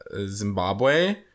Zimbabwe